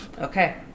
Okay